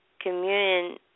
communion